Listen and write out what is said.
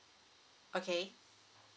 okay